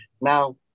Now